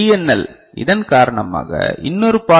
L இதன் காரணமாக இன்னொரு பாதி எல்